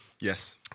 Yes